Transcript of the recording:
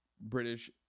British